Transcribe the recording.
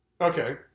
Okay